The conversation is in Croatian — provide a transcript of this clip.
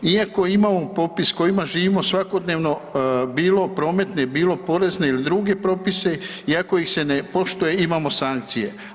Iako imamo propis kojima živimo svakodnevno bilo prometne, bilo porezne ili druge propise i ako ih se ne poštuje imamo sankcije.